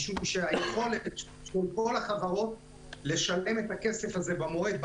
משום שהיכולת של כל החברות לשלם את הכסף הזה במועד,